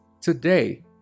Today